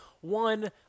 one